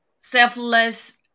selfless